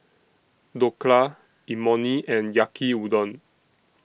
Dhokla Imoni and Yaki Udon